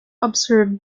observed